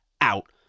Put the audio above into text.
out